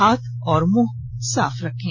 हाथ और मुंह साफ रखें